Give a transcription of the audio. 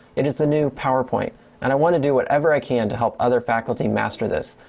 it is a new powerpoint and i want to do whatever i can to help other faculty master this,